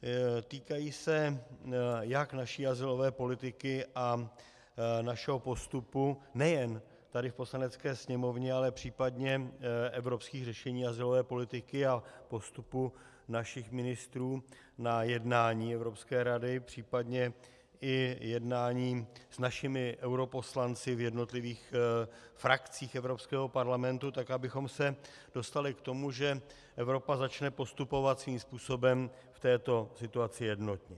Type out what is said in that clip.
Týkají se jak naší azylové politiky a našeho postupu nejen tady v Poslanecké sněmovně, ale případně evropských řešení azylové politiky a postupu našich ministrů na jednání Evropské rady, případně i jednání s našimi europoslanci v jednotlivých frakcích Evropského parlamentu tak, abychom se dostali k tomu, že Evropa začne postupovat svým způsobem v této situaci jednotně.